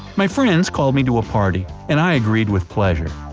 my friends called me to a party, and i agreed with pleasure.